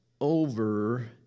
over